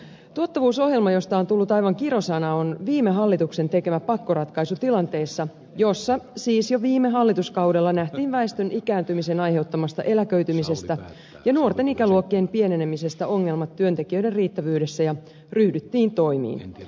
tuottavuusohjelma josta on tullut aivan kirosana on viime hallituksen tekemä pakkoratkaisu tilanteessa jossa siis jo viime hallituskaudella nähtiin väestön ikääntymisen aiheuttamasta eläköitymisestä ja nuorten ikäluokkien pienenemisestä aiheutuvat ongelmat työntekijöiden riittävyydessä ja ryhdyttiin toimiin